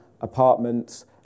apartments